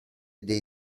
dei